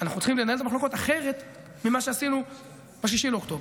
אנחנו צריכים לנהל את המחלוקות אחרת ממה שעשינו ב-6 באוקטובר,